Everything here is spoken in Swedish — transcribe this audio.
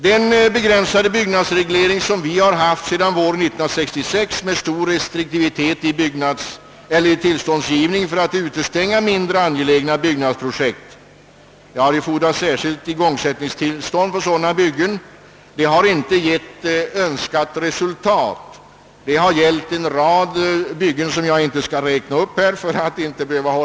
Den begränsade byggnadsreglering som vi haft sedan våren 1966 med stor restriktivitet i tillståndsgivningen för att utestänga mindre angelägna byggnadsprojekt — det har ju fordrats särskilt igångsättningstillstånd för sådana byggen — har inte gett önskat resultat. Detta gäller en rad byggen, som jag här skall avstå från att räkna upp.